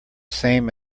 same